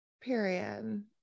Period